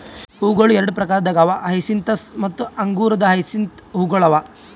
ಹೂವುಗೊಳ್ ಎರಡು ಪ್ರಕಾರದಾಗ್ ಅವಾ ಹಯಸಿಂತಸ್ ಮತ್ತ ಅಂಗುರ ಹಯಸಿಂತ್ ಹೂವುಗೊಳ್ ಅವಾ